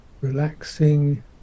relaxing